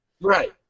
Right